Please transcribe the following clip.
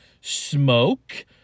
smoke